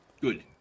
Good